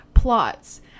Plots